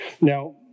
Now